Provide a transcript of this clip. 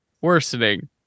worsening